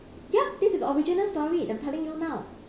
ya this is original story that I'm telling you now